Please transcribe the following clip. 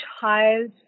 child